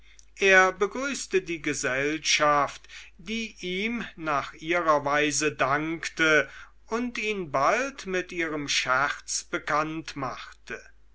er begrüßte die gesellschaft die ihm nach ihrer weise dankte und ihn bald mit ihrem scherz bekannt machte